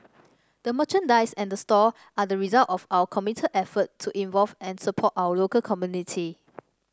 the merchandise and the store are the result of our committed effort to involve and support our local community